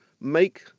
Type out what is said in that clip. make